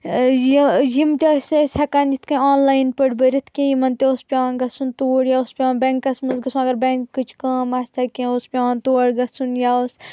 یہِ یِم تہِ ٲسۍ أسۍ ہیکان یِتھ کنۍ آنلایِن پٲٹھۍ برِتھ کینٛہہ یِمن تہِ اوس پیوان گژھُن توٗرۍ یا اوس پیوان بینکس منٛز گژھُن اگر بینکٕچ کٲم آسہِ ہا کینٛہہ اوس پیوان تور گژھُن یا اوس